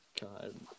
God